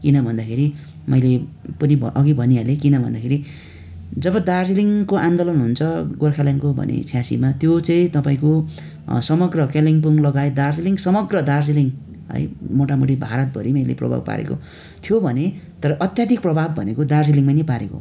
किन भन्दाखेरि मैले पनि अघि भनिहालेँ किन भन्दाखेरि जब दार्जिलिङको आन्दोलन हुन्छ गोर्खाल्यान्डको भने छ्यासीमा त्यो चाहिँ तपाईँको समग्र कालिम्पोङलगायत दार्जिलिङ समग्र दार्जिलिङ है मोटामोटी भारतभरिमै यसले प्रभाव पारेको थियो भने तर अत्याधिक प्रभाव भनेको दार्जिलिङमै पारेको हो